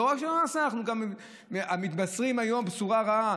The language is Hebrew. לא רק שלא נעשה, אנחנו גם מתבשרים היום בשורה רעה,